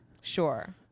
sure